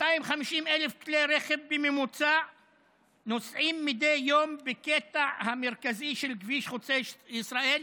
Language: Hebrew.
250,000 כלי רכב בממוצע נוסעים מדי יום בקטע המרכזי של כביש חוצה ישראל,